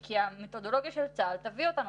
אלא כי המתודולוגיה של צה"ל תביא אותנו